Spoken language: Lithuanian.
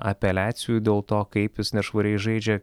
apeliacijų dėl to kaip jis nešvariai žaidžia